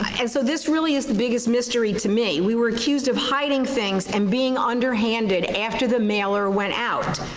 and so this really is the biggest mystery to me. we were accused of hiding things and being underhanded after the mailer went out.